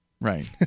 Right